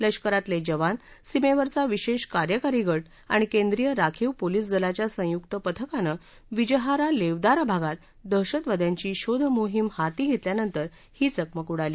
लष्करातले जवान सीमेवरचा विशेष कार्यकारी गट आणि केंद्रीय राखीव पोलिस दलाच्या संयुक पथकाने विजहारा लेवदारा भागात दहशतवाद्यांची शोध मोहीम हाती घेतल्यानंतर ही चकमक उडाली